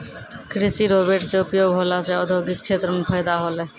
कृषि रोवेट से उपयोग होला से औद्योगिक क्षेत्र मे फैदा होलै